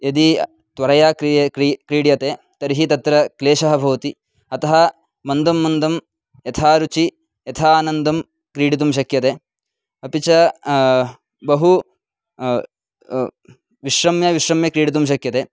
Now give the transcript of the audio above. यदि त्वरया क्रियते क्रीडा क्रीड्यते तर्हि तत्र क्लेशः भवति अतः मन्दं मन्दं यथा रुचिः यथानन्दनं क्रीडितुं शक्यते अपि च बहु विश्रम्य विश्रम्य क्रीडितुं शक्यते